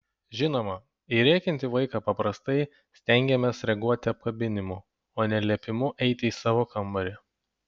žinoma į rėkiantį vaiką paprastai stengiamės reaguoti apkabinimu o ne liepimu eiti į savo kambarį